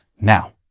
Now